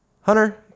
Hunter